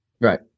Right